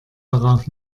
darauf